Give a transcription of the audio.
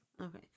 Okay